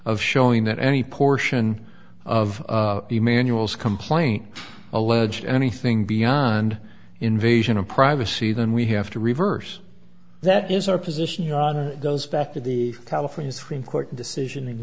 of showing that any portion of the manuals complaint alleges anything beyond invasion of privacy then we have to reverse that is our position on it goes back to the california supreme court decision in